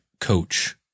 coach